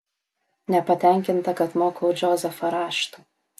nepatenkinta kad mokau džozefą rašto